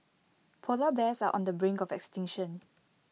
Polar Bears are on the brink of extinction